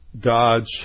God's